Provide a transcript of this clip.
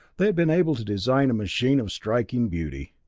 they had been able to design a machine of striking beauty.